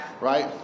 Right